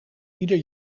ieder